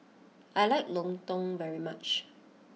I like Lontong very much